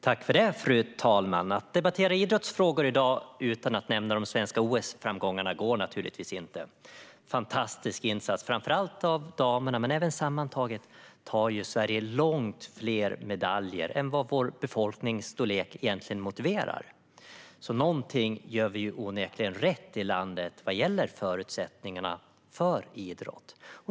Fru talman! Det går inte att debattera idrottsfrågor i dag utan att nämna de svenska framgångarna i OS. Det var en fantastisk insats, framför allt av damerna. Men även sammantaget tar Sverige långt fler medaljer än vår befolkningsstorlek egentligen motiverar. Någonting gör vi onekligen rätt i landet vad gäller förutsättningarna för idrott.